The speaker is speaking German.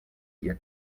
ihr